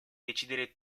decidere